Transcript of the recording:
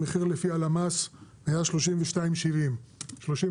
המחיר לפי הלמ"ס היה 32.70 ₪,